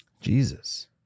jesus